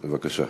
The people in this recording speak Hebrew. בבקשה.